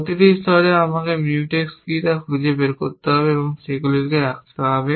প্রতিটি স্তরে আমাকে মিউটেক্স কী খুঁজে বের করতে হবে এবং সেগুলি রাখতে হবে